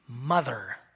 mother